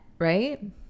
Right